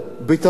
תרבות,